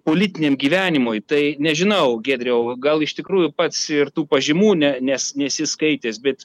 politiniam gyvenimui tai nežinau giedriau gal iš tikrųjų pats ir tų pažymų ne nes nesi skaitęs bet